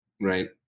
right